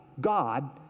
God